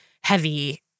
heavy